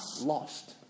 lost